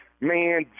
man